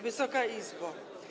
Wysoka Izbo!